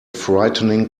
frightening